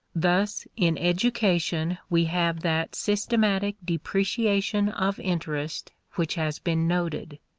thus in education we have that systematic depreciation of interest which has been noted,